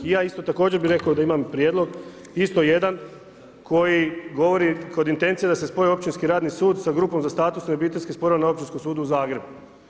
I ja isto također da imam prijedlog, isto jedan koji govori kod intencije da se spoje općinski i radni sud sa grupom za statusne i obiteljske sporove na Općinskom sudu u Zagrebu.